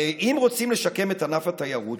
הרי אם רוצים לשקם את ענף התיירות,